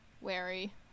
wary